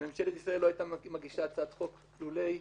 שממשלת ישראל לא הייתה מגישה הצעת חוק לולא העשייה,